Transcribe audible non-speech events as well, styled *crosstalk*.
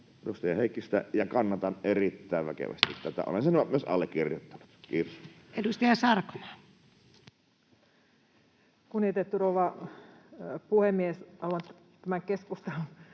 edustaja Heikkistä ja kannatan tätä erittäin väkevästi. *noise* Olen sen myös allekirjoittanut. — Kiitos. Edustaja Sarkomaa. Kunnioitettu rouva puhemies! Haluan tämän keskustelun